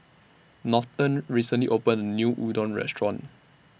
Norton recently opened New Udon Restaurant